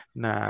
na